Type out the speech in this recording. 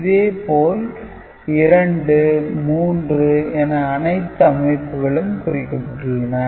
இதேபோல் 2 3 என அனைத்து அமைப்புகளும் குறிக்கப்பட்டுள்ளன